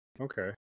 Okay